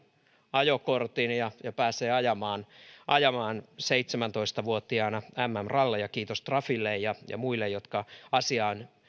ajokortin ja ja pääsee ajamaan ajamaan seitsemäntoista vuotiaana mm ralleja kiitos trafille ja ja muille jotka asiaan